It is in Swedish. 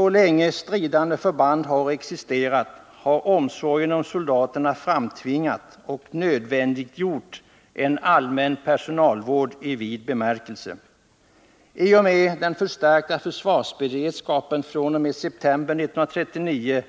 Så länge stridande förband har existerat har omsorgen om soldaterna framtvingat och nödvändiggjort en allmän personalvård i vid bemärkelse. I och med förstärkningen av försvarsberedskapen fr.o.m. september 1939